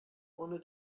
urne